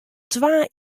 twa